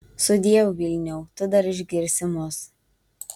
sudieu vilniau tu dar išgirsi mus